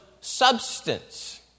substance